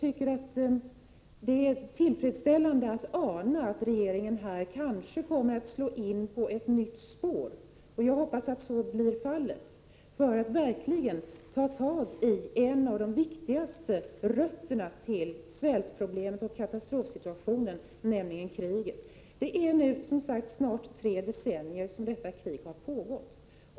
Det är tillfredsställande att ana att regeringen kanske kommer att slå in på ett nytt spår för att verkligen ta itu med en av de viktigaste orsakerna till svältproblemet och katastrofsituationen, nämligen kriget. Jag hoppas att så blir fallet. Detta krig har nu pågått i snart tre decennier.